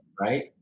right